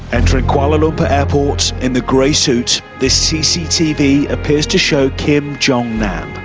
entering kuala lumpur airport in the grey suit, this cctv appears to show kim jong-nam.